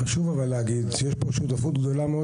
חשוב להגיד שיש פה שותפות גדולה מאוד